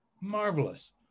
Marvelous